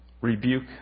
rebuke